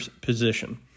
position